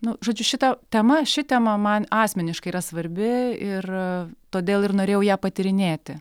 nu žodžiu šita tema ši tema man asmeniškai yra svarbi ir todėl ir norėjau ją patyrinėti